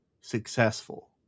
successful